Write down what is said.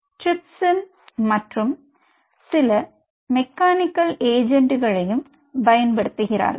trypsin மற்றும் சில mechanical ஏஜெண்டுகளையும் பயன்படுத்துகிறார்கள்